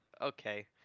okay